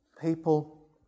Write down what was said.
people